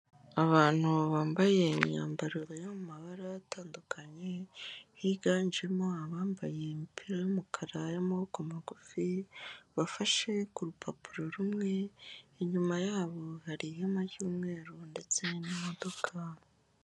Abantu bambaye imyambaro iri mu mabara atandukanye, higanjemo abambaye imipira y'umukara y'amaboko magufi, bafashe ku rupapuro rumwe, inyuma yabo hari ihema ry'umweru ndetse n'imodoka.